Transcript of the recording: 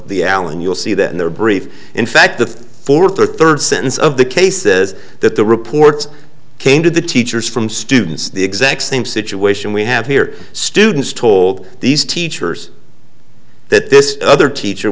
the allen you'll see that in their brief in fact the fourth or third sentence of the case says that the reports came to the teachers from students the exact same situation we have here students told these teachers that this other teacher